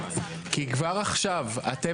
כי כבר עכשיו אדוני אתם